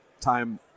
time